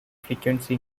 frequency